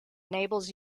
enables